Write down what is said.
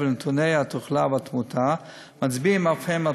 ונתוני התחלואה והתמותה מצביעים אף הם על